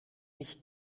nicht